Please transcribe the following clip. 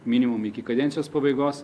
minimum iki kadencijos pabaigos